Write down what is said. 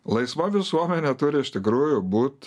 laisva visuomenė turi iš tikrųjų būt